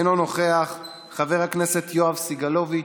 אינו נוכח, חבר הכנסת יואב סגלוביץ'